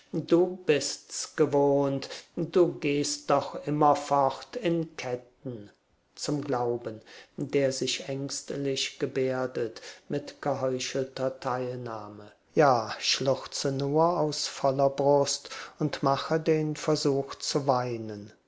du bist's gewohnt du gehst doch immerfort in ketten zum glauben der sich ängstlich gebärdet mit geheuchelter teilnahme ja schluchze nur aus voller brust und mache den versuch zu weinen